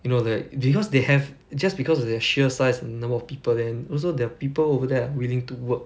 you know like because they have just because of their sheer size and the number of people then also their people over there are willing to work